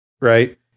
right